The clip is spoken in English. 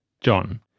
John